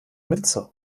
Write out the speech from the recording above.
minze